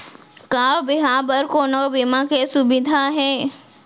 का बिहाव बर कोनो बीमा के सुविधा हे?